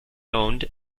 owned